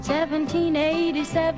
1787